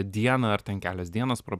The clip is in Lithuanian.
dieną ar ten kelios dienos pro